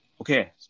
Okay